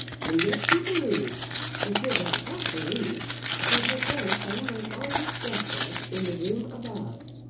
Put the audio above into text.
and yet she believed she could not but believe that her grandson was on his deathbed in the room above!